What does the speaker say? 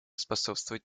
способствовать